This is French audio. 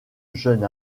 jeune